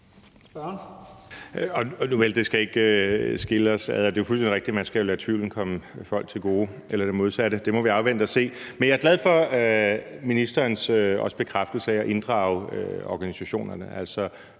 fuldstændig rigtigt, at man skal lade tvivlen komme folk til gode – eller det modsatte. Det må vi afvente at se. Men jeg er glad for ministerens bekræftelse af at inddrage organisationerne,